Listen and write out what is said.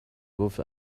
گفت